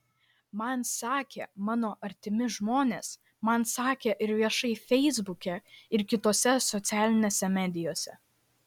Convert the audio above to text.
man sakė mano artimi žmonės man sakė ir viešai feisbuke ir kitose socialinėse medijose